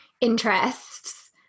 interests